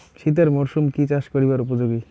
শীতের মরসুম কি চাষ করিবার উপযোগী?